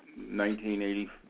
1980